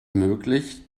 möglich